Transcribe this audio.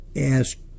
asked